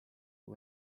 kui